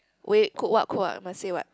wait cook what cook what must say what